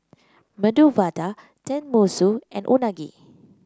Medu Vada Tenmusu and Unagi